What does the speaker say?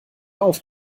auf